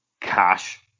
cash